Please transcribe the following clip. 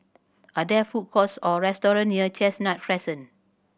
are there food courts or restaurant near Chestnut Crescent